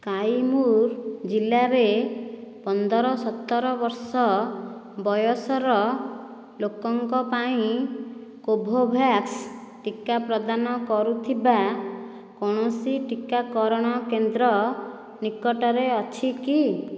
କାଇମୁର ଜିଲ୍ଲାରେ ପନ୍ଦର ସତର ବର୍ଷ ବୟସର ଲୋକଙ୍କ ପାଇଁ କୋଭୋଭ୍ୟାକ୍ସ ଟିକା ପ୍ରଦାନ କରୁଥିବା କୌଣସି ଟିକାକରଣ କେନ୍ଦ୍ର ନିକଟରେ ଅଛି କି